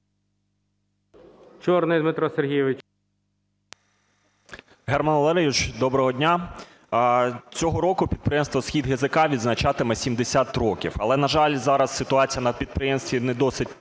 ЧОРНИЙ Д.С. Герман Валерійович, доброго дня! Цього року підприємство "СхідГЗК" відзначатиме 70 років. Але, на жаль, зараз ситуація на підприємстві не досить